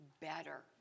better